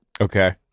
Okay